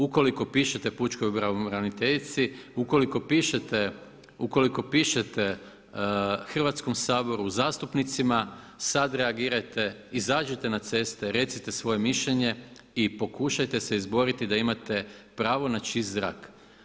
Ukoliko pišete pučkoj pravobraniteljici, ukoliko pišete, ukoliko pišete Hrvatskom saboru, zastupnicima, sada reagirajte, izađite na ceste, recite svoje mišljenje i pokušajte se izboriti da imate pravo na čist zrak.